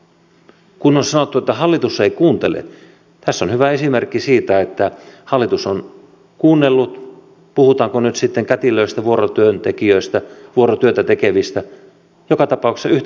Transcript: kun on sanottu että hallitus ei kuuntele tässä on hyvä esimerkki siitä että hallitus on kuunnellut puhutaanko nyt sitten kätilöistä vuorotyötä tekevistä joka tapauksessa yhtä samaa